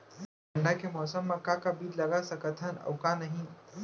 ठंडा के मौसम मा का का बीज लगा सकत हन अऊ का नही?